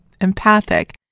empathic